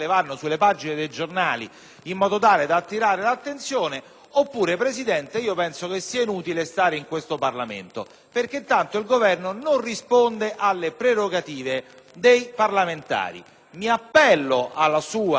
oppure penso sia inutile stare in questo Parlamento, perché tanto il Governo non risponde alle prerogative dei parlamentari. Mi appello alla sua capacità di intervenire presso il Consiglio di Presidenza perché